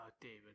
David